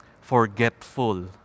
forgetful